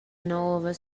nova